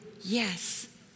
yes